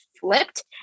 flipped